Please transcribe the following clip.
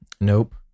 nope